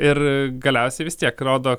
ir galiausiai vis tiek rodo